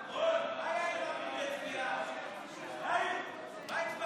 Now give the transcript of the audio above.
לוועדה את הצעת חוק לתיקון פקודת העיריות (קיצור